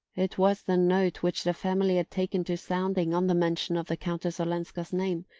it was the note which the family had taken to sounding on the mention of the countess olenska's name,